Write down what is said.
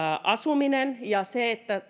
asuminen ja se että